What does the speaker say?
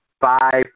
five